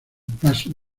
paso